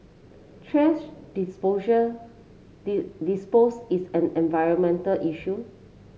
thrash disposal dispose is an environmental issue